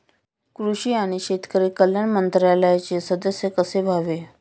कृषी आणि शेतकरी कल्याण मंत्रालयाचे सदस्य कसे व्हावे?